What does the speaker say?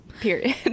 period